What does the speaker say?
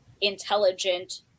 intelligent